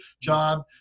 job